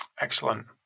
Excellent